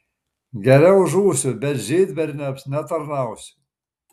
geriau žūsiu bet žydberniams netarnausiu